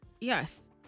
Yes